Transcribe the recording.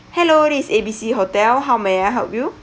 hello this is A B C hotel how may I help you